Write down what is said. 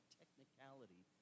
technicality